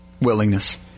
Willingness